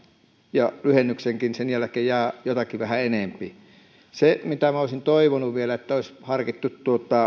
ja lyhennykseenkin sen jälkeen jää jotakin vähän enempi se mitä minä olisin toivonut vielä on se että olisi harkittu